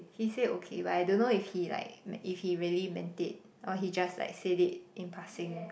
he say okay but I don't know if he like mea~ if he really meant it or he just like said it in passing